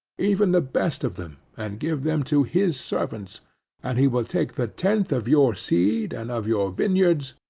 even the best of them, and give them to his servants and he will take the tenth of your feed, and of your vineyards,